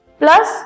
plus